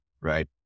right